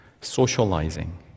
socializing